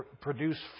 produce